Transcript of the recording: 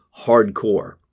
hardcore